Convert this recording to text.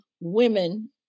women